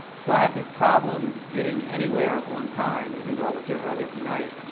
so i have this problem getting anywhere on time, even though i was here early tonight.